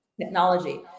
technology